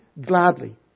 gladly